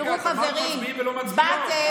רצתם לבד.